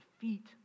defeat